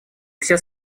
все